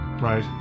Right